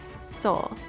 soul